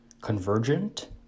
Convergent